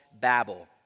Babel